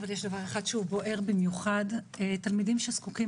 אבל יש דבר אחד שהוא בוער במיוחד תלמידים שזקוקים